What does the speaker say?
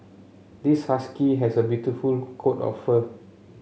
this husky has a beautiful coat of fur